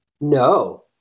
No